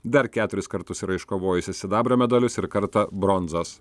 dar keturis kartus yra iškovojusi sidabro medalius ir kartą bronzos